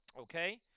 okay